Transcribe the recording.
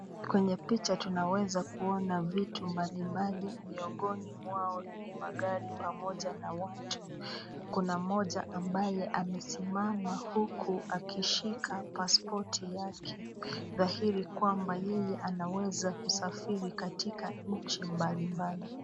Kwenye picha tunaweza kuona viitu mbali mbali, miongoni mwao ni magari pamoja na watu, kuna moja ambaye amesimama huku akishika paspoti yake dhahiri kwamba yeye anaweza kusafiri katika nchi mbali mbali.